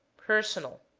personal